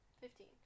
Fifteen